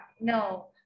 no